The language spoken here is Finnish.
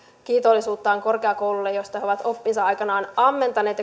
kiitollisuuttaan korkeakoululle josta he ovat oppinsa aikanaan ammentaneet